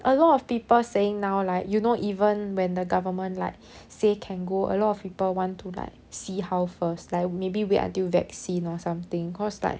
a lot of people saying now like you know even when the government like say can go a lot of people want to like see how first like maybe wait until vaccine or something cause like